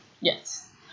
Yes